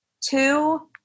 Two